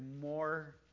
more